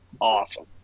awesome